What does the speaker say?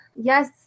yes